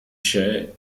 chaix